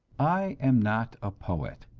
i am not a poet,